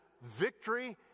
victory